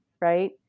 right